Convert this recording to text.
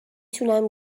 تونم